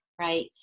right